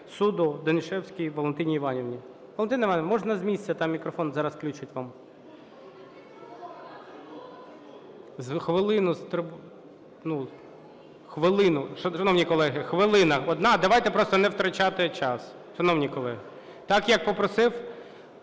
суду Данішевській Валентині Іванівні. Валентина Іванівна, можна з місця, там мікрофон зараз включать вам. (Шум у залі) Хвилину. Шановні колеги, хвилина одна. Давайте просто не втрачати час, шановні колеги, так, як попросив